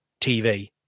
TV